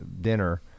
dinner